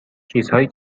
چیزهایی